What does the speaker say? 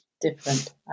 Different